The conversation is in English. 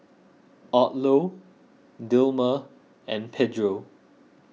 Odlo Dilmah and Pedro